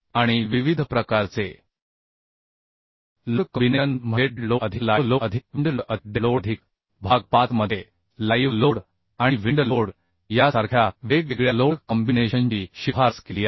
आणि विविध प्रकारचे लोड कॉम्बिनेशन म्हणजे डेड लोड अधिक लाइव्ह लोड अधिक विंड लोड अधिक डेड लोड अधिक भाग 5 मध्ये लाईव्ह लोड आणि विंड लोड यासारख्या वेगवेगळ्या लोड कॉम्बिनेशनची शिफारस केली आहे